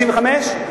1995?